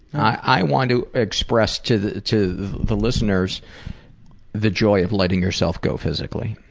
i want to express to the to the listeners the joy of letting yourself go physically.